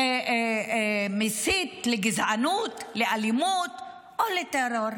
מסית לגזענות, לאלימות או לטרור.